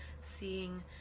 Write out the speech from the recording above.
seeing